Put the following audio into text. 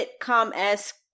sitcom-esque